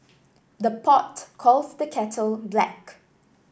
the pot calls the kettle black